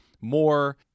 more